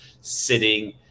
sitting